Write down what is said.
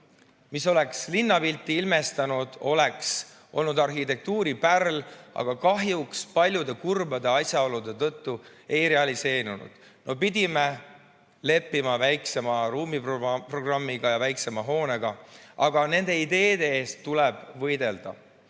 mis oleks linnapilti ilmestanud, oleks olnud arhitektuuripärl, aga kahjuks paljude kurbade asjaolude tõttu see ei realiseerunud. Pidime leppima väiksema ruumiprogrammiga ja väiksema hoonega. Aga nende ideede eest tuleb võidelda.